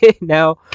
now